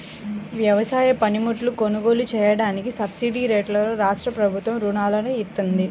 వ్యవసాయ పనిముట్లు కొనుగోలు చెయ్యడానికి సబ్సిడీరేట్లలో రాష్ట్రప్రభుత్వం రుణాలను ఇత్తంది